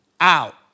out